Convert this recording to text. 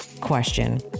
question